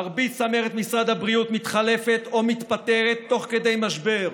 מרבית צמרת משרד הבריאות מתחלפת או מתפטרת תוך כדי משבר.